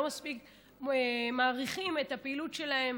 לא מספיק מעריכים את הפעילות שלהם,